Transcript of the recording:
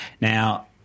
Now